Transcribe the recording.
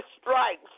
strikes